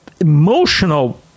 emotional